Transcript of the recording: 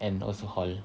and also hall